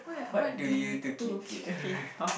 what do you to keep fit